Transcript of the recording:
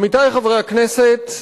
עמיתי חברי הכנסת,